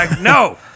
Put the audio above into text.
no